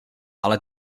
ale